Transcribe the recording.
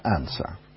answer